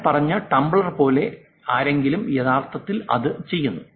ഞാൻ പറഞ്ഞ ടംബ്ലർ പോലെ ആരെങ്കിലും യഥാർത്ഥത്തിൽ അത് ചെയ്യുന്നു